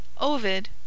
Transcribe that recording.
Ovid